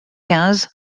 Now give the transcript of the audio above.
quinze